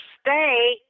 stay